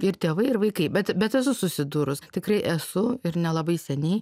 ir tėvai ir vaikai bet bet esu susidūrus tikrai esu ir nelabai seniai